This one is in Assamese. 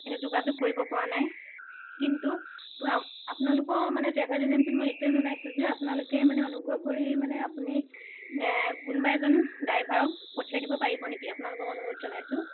কিন্তু যোগাযোগ কৰিব পৰা নাই কিন্তু আপোনালোকৰ মানে ট্ৰেভেল এজেঞ্চিত মানে এইটোৱে জনাইছোঁ যে মানে আপোনালোকে মানে অনুগ্ৰহ কৰি মানে কোনোবা এজন ড্ৰাইভাৰক পঠিয়াই দিব পাৰিব নেকি আপোনালোকক অনুৰোধ জনাইছোঁ